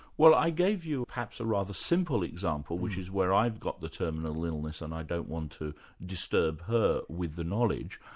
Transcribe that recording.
well i gave you perhaps a rather simple example, which is where i've got the terminal illness and i don't want to disturb her with the knowledge.